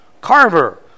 Carver